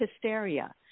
hysteria